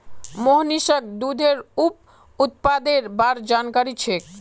मोहनीशक दूधेर उप उत्पादेर बार जानकारी छेक